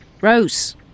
Rose